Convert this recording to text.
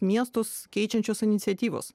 miestus keičiančios iniciatyvos